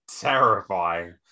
terrifying